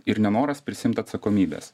ir nenoras prisiimt atsakomybės